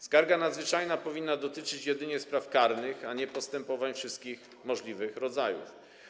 Skarga nadzwyczajna powinna dotyczyć jedynie spraw karnych, a nie postępowań wszystkich możliwych rodzajów.